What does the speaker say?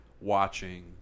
watching